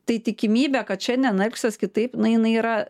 tai tikimybė kad šiandien elgsiuos kitaip na jinai yra